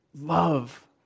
Love